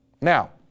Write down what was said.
Now